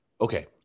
okay